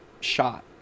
shot